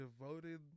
devoted